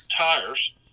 tires